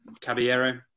Caballero